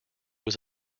was